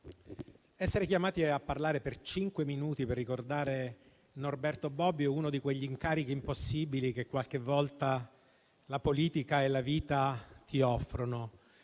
essere chiamati a parlare per cinque minuti per ricordare Norberto Bobbio è uno di quegli incarichi impossibili che qualche volta la politica e la vita ti offrono.